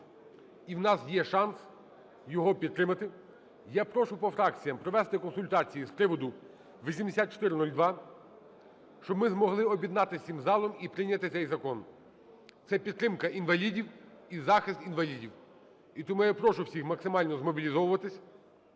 і у нас є шанс його підтримати. Я прошу по фракціях провести консультації з приводу 8402, щоб ми змогли об'єднатися з цим залом і прийняти цей закон, це підтримка інвалідів і захист інвалідів. І тому я прошу всіх максимально змобілізовуватися,